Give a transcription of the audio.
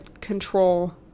control